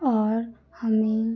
और हमें